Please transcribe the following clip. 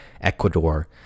Ecuador